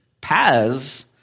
paths